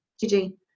Gigi